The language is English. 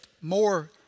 more